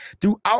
throughout